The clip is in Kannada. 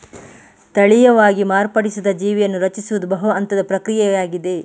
ತಳೀಯವಾಗಿ ಮಾರ್ಪಡಿಸಿದ ಜೀವಿಯನ್ನು ರಚಿಸುವುದು ಬಹು ಹಂತದ ಪ್ರಕ್ರಿಯೆಯಾಗಿದೆ